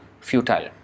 futile